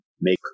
make